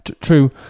true